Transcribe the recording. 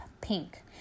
Pink